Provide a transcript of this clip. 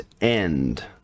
end